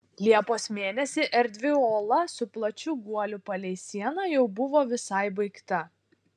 liepos mėnesį erdvi ola su plačiu guoliu palei sieną jau buvo visai baigta